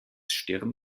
stirn